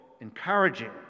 encouraging